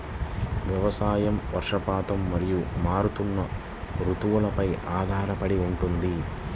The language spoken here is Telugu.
వ్యవసాయం వర్షపాతం మరియు మారుతున్న రుతువులపై ఆధారపడి ఉంటుంది